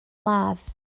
ladd